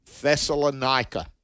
Thessalonica